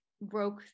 broke